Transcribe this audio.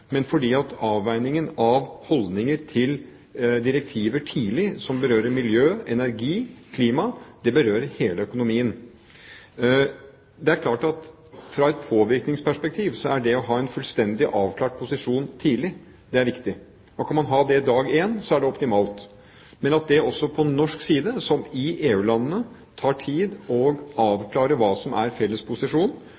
men fordi avveiningen av holdninger til direktiver som berører miljø, energi og klima, berører hele økonomien. Det er klart at fra et påvirkningsperspektiv er det å ha en fullstendig avklart posisjon tidlig, viktig. Kan man ha det dag én, er det optimalt. Men også på norsk side, som i EU-landene, tar det tid